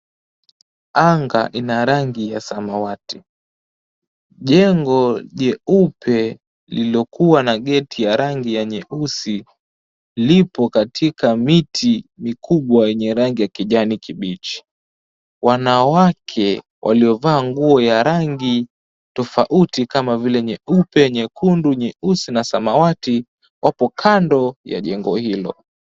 Anga ina rangi ya samawati. Jengo jeupe lilokuwa na geti ya rangi ya nyeusi lipo katika miti mikubwa yenye rangi ya kijani kibichi. Wanawake waliovaa nguo ya rangi tofauti kama vile nyeupe, nyekundu, nyeusi, na samawati, wapo kando ya jengo hilo.